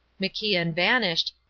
macian vanished,